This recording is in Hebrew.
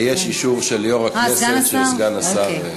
יש לנו אישור של יו"ר הכנסת שסגן השר יהיה.